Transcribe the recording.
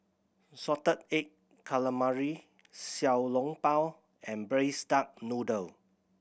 salted egg calamari Xiao Long Bao and Braised Duck Noodle